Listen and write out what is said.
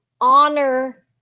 honor